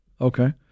Okay